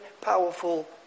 powerful